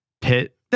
pit